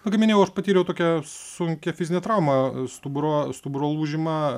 kaip minėjau aš patyriau tokią sunkią fizinę traumą stuburo stuburo lūžimą